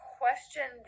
question